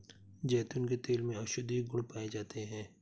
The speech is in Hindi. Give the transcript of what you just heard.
जैतून के तेल में औषधीय गुण पाए जाते हैं